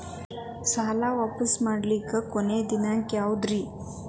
ಸಾಲಾ ವಾಪಸ್ ಮಾಡ್ಲಿಕ್ಕೆ ಕೊನಿ ದಿನಾಂಕ ಯಾವುದ್ರಿ?